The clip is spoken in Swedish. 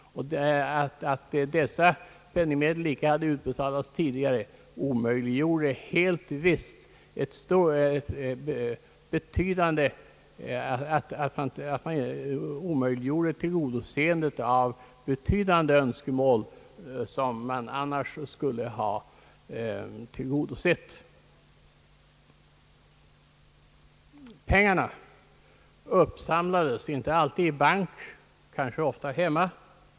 Att dessa penningmedel icke hade utbetalats tidigare omöjliggjorde helt visst uppfyllandet av betydande önskemål som man annars skulle ha tillgodosett. Pengarna uppsamlades inte alltid i bank utan förvarades troligen ofta hemma.